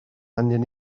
angen